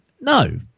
No